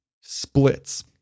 splits